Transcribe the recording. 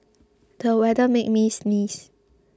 the weather made me sneeze